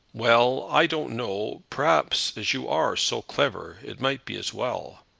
well i don't know. perhaps as you are so clever, it might be as well.